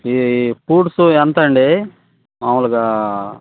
ఈ ఫ్రూట్స్ ఎంతండి మామూలుగా